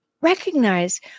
recognize